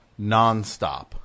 nonstop